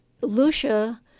Lucia